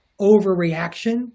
overreaction